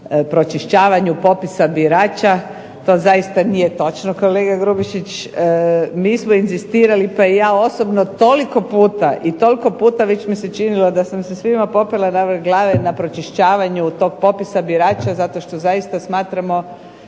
na pročišćavanju popisa birača. To zaista nije točno kolega Grubišić. Mi smo inzistirali, pa i ja osobno, toliko puta i toliko puta već mi se činilo da sam se svima popela na vrh glave na pročišćavanju tog popisa birača zato što zaista smatramo